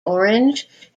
orange